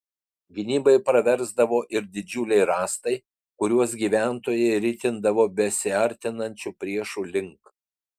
gynybai praversdavo ir didžiuliai rąstai kuriuos gyventojai ritindavo besiartinančių priešų link